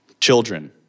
children